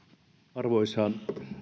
arvoisa